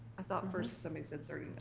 i thought first somebody said thirty